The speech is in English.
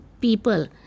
people